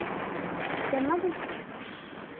चलना तुस